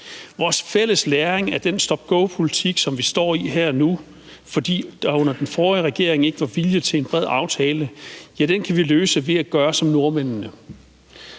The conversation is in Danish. Vores fælles læring af den stop-go-politik, som vi står i her og nu, fordi der under den forrige regering ikke var vilje til en bred aftale, kan vi løse ved at gøre som nordmændene.